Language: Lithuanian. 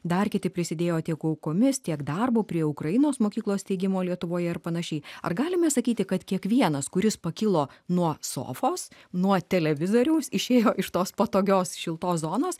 dar kiti prisidėjo tiek aukomis tiek darbo prie ukrainos mokyklos steigimo lietuvoje ar panašiai ar galime sakyti kad kiekvienas kuris pakilo nuo sofos nuo televizoriaus išėjo iš tos patogios šiltos zonos